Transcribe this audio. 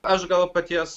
aš gal paties